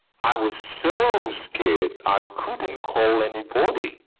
i was so scared i couldn't call anybody.